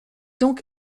donc